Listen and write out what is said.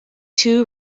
two